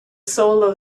soul